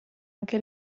anche